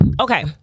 okay